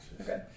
Okay